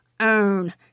earn